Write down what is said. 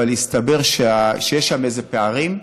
אבל הסתבר שיש שם איזה פערים,